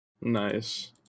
Nice